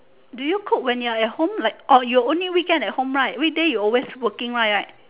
do you cook when you're at home like or you only weekend at home right weekday you always working right right